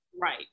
right